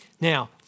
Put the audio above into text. Now